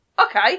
okay